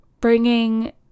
bringing